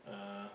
uh